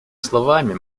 словами